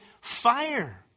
fire